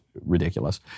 ridiculous